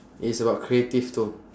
it's about creative too